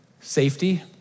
safety